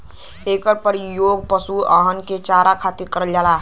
एकर परियोग पशुअन के चारा खातिर करल जाला